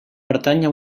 pertanya